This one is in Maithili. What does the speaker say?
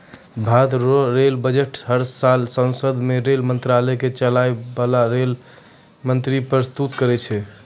भारत रो रेल बजट हर साल सांसद मे रेल मंत्रालय के चलाय बाला रेल मंत्री परस्तुत करै छै